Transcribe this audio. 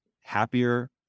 happier